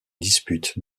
dispute